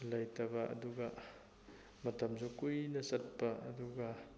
ꯂꯩꯇꯕ ꯑꯗꯨꯒ ꯃꯇꯝꯁꯨ ꯀꯨꯏꯅ ꯆꯠꯄ ꯑꯗꯨꯒ